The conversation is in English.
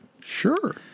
Sure